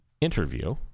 interview